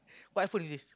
what iPhone is this